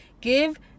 give